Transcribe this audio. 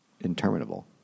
interminable